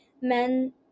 men